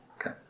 Okay